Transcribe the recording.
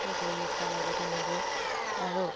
দুই এটা লগতে নিব আৰু